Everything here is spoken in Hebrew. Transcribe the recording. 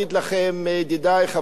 ידידי חברי הכנסת,